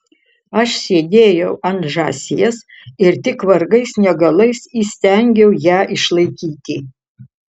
aš sėdėjau ant žąsies ir tik vargais negalais įstengiau ją išlaikyti